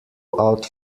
out